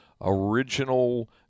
original